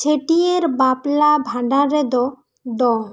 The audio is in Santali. ᱪᱷᱟᱹᱴᱤᱭᱟᱹᱨ ᱵᱟᱯᱞᱟ ᱵᱷᱟᱱᱰᱟᱱ ᱨᱮᱫᱚ ᱫᱚᱝ